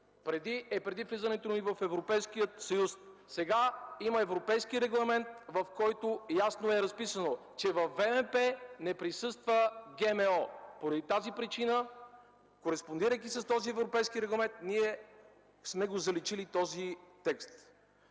записан преди влизането ни в Европейския съюз. Сега има европейски регламент, в който ясно е разписано, че във ВМП не присъства ГМО. Поради тази причина, кореспондирайки с този европейски регламент, ние сме заличили този текст.